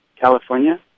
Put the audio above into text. California